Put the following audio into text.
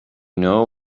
know